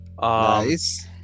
nice